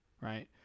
right